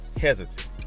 hesitant